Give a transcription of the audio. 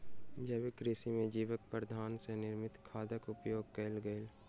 जैविक कृषि में जैविक पदार्थ सॅ निर्मित खादक उपयोग कयल गेल